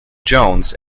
jones